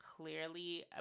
clearly